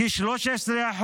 כ-13%.